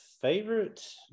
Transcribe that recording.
favorite